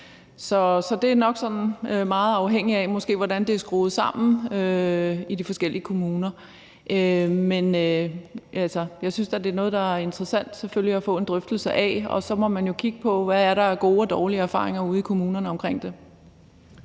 Så det er nok sådan meget afhængigt af, hvordan det er skruet sammen i de forskellige kommuner. Men jeg synes da, at det er noget, der er interessant at få en drøftelse af, og så må man jo kigge på, hvad der er af gode og dårlige erfaringer med det ude i kommunerne. Kl.